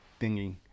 thingy